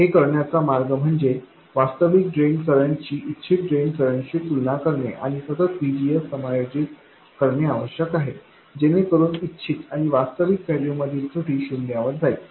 हे करण्याचा मार्ग म्हणजे वास्तविक ड्रेन करंटची इच्छित ड्रेन करंटशी तुलना करणे आणि सतत VGS समायोजित करणे आवश्यक आहे जेणेकरून इच्छित आणि वास्तविक व्हॅल्यू मधील त्रुटी शून्यावर जाईल